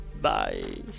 Bye